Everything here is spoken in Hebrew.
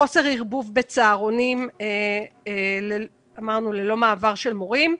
חוסר ערבוב בצהרונים, ללא מעבר של מורים,